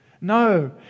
No